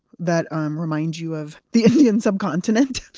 that um remind you of the indian subcontinent.